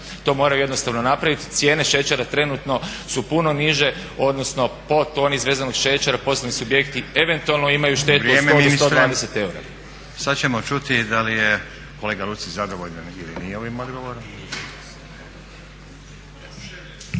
To moraju jednostavno napraviti. Cijene šećera trenutno su puno niže odnosno po toni izvezenog šećera poslovni subjekti eventualno imaju štetu od 100 do 120 eura. **Stazić, Nenad (SDP)** Vrijeme ministre. Sad ćemo čuti da li je kolega Lucić zadovoljan ili nije ovim odgovorom.